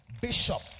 Bishop